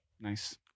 Nice